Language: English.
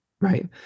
right